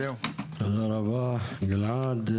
תודה רבה, גלעד.